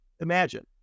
imagine